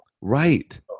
Right